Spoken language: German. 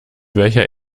welcher